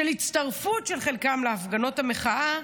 של הצטרפות של חלקם להפגנות המחאה,